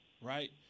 right